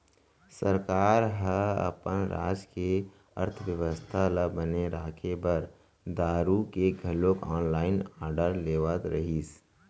सरकार ह अपन राज के अर्थबेवस्था ल बने राखे बर दारु के घलोक ऑनलाइन आरडर लेवत रहिस